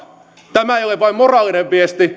tämä ei ole vain moraalinen viesti